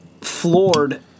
floored